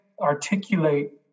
articulate